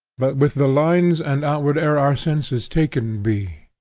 but with the lines and outward air our senses taken be.